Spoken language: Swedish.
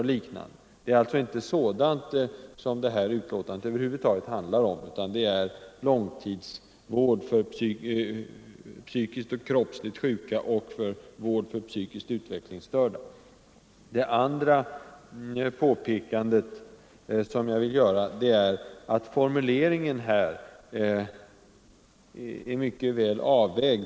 Det är alltså inte sådant som detta betänkande över huvud taget handlar om utan långtidsvård för psykiskt och kroppsligt sjuka och vård av psykiskt utvecklingsstörda. För det andra vill jag påpeka att formuleringen i betänkandet är mycket väl avvägd.